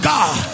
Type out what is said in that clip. God